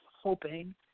hoping